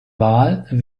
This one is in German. wahl